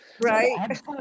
Right